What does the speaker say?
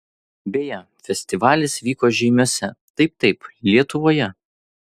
beje festivalis vyko žeimiuose taip taip lietuvoje